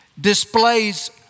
Displays